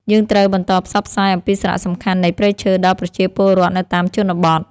យើងត្រូវបន្តផ្សព្វផ្សាយអំពីសារៈសំខាន់នៃព្រៃឈើដល់ប្រជាពលរដ្ឋនៅតាមជនបទ។យើងត្រូវបន្តផ្សព្វផ្សាយអំពីសារៈសំខាន់នៃព្រៃឈើដល់ប្រជាពលរដ្ឋនៅតាមជនបទ។